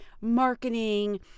marketing